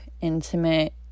intimate